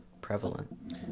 prevalent